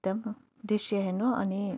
एकदम दृश्य हेर्नु अनि